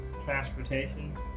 transportation